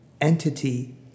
entity